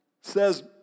says